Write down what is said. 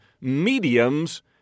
mediums